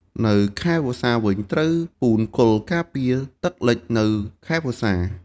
នៅខែវស្សាវិញ ត្រូវពូនគល់ការពារទឹកលិចនៅខែវស្សា។